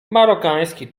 marokański